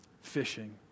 Fishing